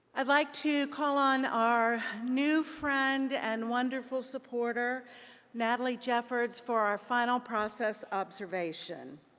i'd like to call on our new friend and wonderful support er natalie jeffers for our final process observation.